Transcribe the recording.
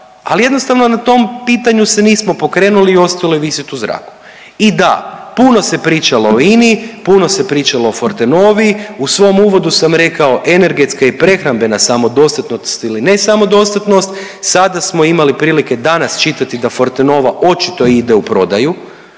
ali jednostavno na tom pitanju se nismo pokrenuli i ostalo je visiti u zraku. I da, puno se pričalo o INI, puno se pričalo o Fortenovi, u svom uvodu sam rekao energetska i prehrambena samodostatnost ili ne samodostatnost, sada smo imali prilike danas čitati da Fortenova očito ide u prodaju.